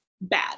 bad